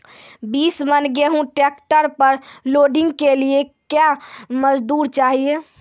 बीस मन गेहूँ ट्रैक्टर पर लोडिंग के लिए क्या मजदूर चाहिए?